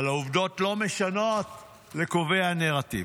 אבל העובדות לא משנות לקובעי הנרטיב.